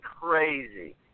crazy